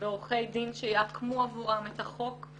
ועורכי דין שיעקמו עבורם את החוק,